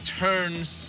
turns